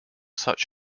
such